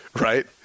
Right